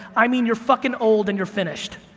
i mean, you're fucking old and you're finished?